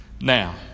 Now